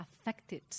affected